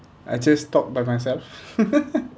I just talk by myself